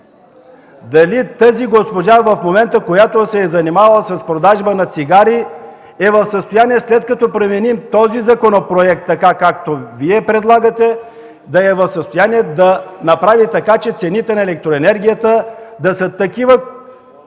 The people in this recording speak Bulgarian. Дали тази госпожа в момента, която се е занимавала с продажба на цигари, е в състояние, след като променим този законопроект, така както Вие предлагате, да е в състояние да направи така, че цените на електроенергията да са такива,